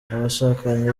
abashakanye